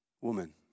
woman